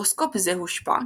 הורוסקופ זה הושפע,